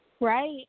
Right